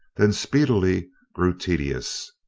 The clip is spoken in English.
then speedily grew tedious.